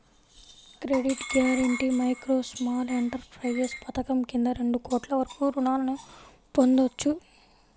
credit guarantee micro, small enterprises పథకం కింద రెండు కోట్ల వరకు రుణాలను పొందొచ్చు